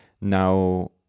Now